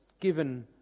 given